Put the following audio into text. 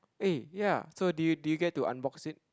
eh ya so did you did you get to unbox it